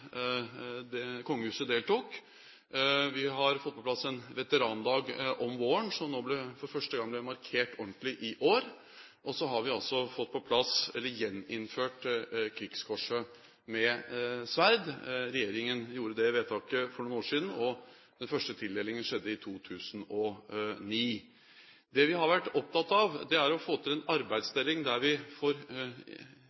kongehuset deltok. Vi har fått på plass en veterandag om våren, som for første gang ble markert ordentlig i år, og så har vi gjeninnført Krigskorset med sverd. Regjeringen gjorde det vedtaket for noen år siden. Den første tildelingen skjedde i 2009. Det vi har vært opptatt av, er å få til en